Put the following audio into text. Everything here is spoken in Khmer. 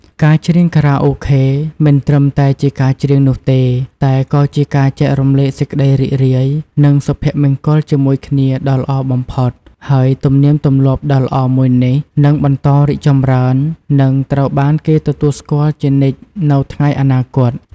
ការច្រៀងខារ៉ាអូខេ មិនត្រឹមតែជាការច្រៀងនោះទេ តែក៏ជាការចែករំលែកសេចក្តីរីករាយ និងសុភមង្គលជាមួយគ្នាដ៏ល្អបំផុត ហើយទំនៀមទម្លាប់ដ៏ល្អមួយនេះនឹងបន្តរីកចម្រើន និងត្រូវបានគេទទួលស្គាល់ជានិច្ចនៅថ្ងៃអនាគត។